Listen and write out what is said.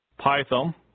Python